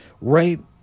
Rape